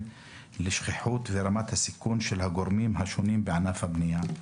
לשכיחות ורמת הסיכון של הגורמים השונים בענף הבנייה.